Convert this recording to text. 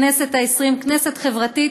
הכנסת העשרים היא כנסת חברתית,